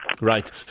Right